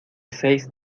seis